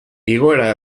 igoera